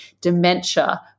dementia